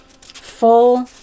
full